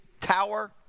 tower